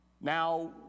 Now